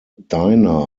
dina